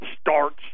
starts